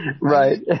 Right